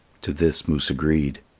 to this moose agreed.